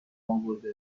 اورده